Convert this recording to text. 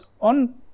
on